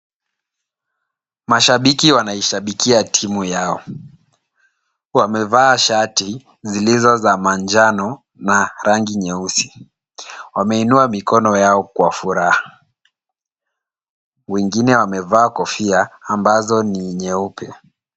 Mashabiki wanaishabikia timu yao. Wamevaa shati zilizo za manjano na rangi nyeusi. Wameinua mikono yao kwa furaha. Wengine wamevaa kofia ambazo ni nyeupe.